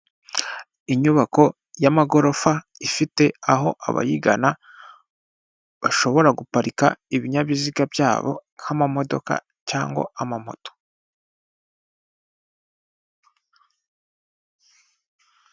Inyubako y'amagorofa, ifite aho abayigana bashobora guparika ibinyabiziga byabo nk'amamodoka cyangwa amamoto.